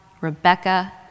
Rebecca